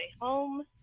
home